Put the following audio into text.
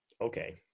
Okay